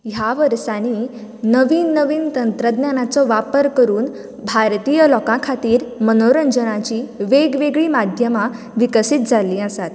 ह्या वर्सांनी नवीन नवीन तंत्रज्ञानाचो वापर करून भारतीय लोकां खातीर मनोरंजनाचीं वेगवेगळीं माद्यमां विकसीत जाल्लीं आसात